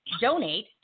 donate